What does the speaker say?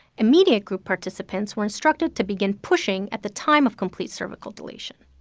immediate group participants were instructed to begin pushing at the time of complete cervical dilation,